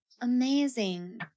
Amazing